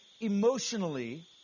emotionally